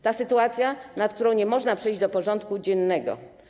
To sytuacja, nad którą nie można przejść do porządku dziennego.